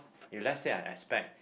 if let's say I expect